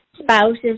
Spouses